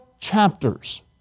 chapters